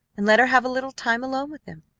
and let her have a little time alone with him.